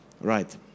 right